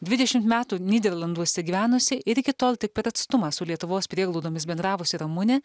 dvidešimt metų nyderlanduose gyvenusi ir iki tol tik per atstumą su lietuvos prieglaudomis bendravusi ramunė